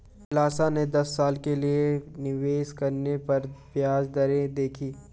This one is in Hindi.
अभिलाषा ने दस साल के लिए निवेश करने पर ब्याज दरें देखी